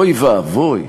אוי ואבוי,